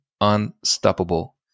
unstoppable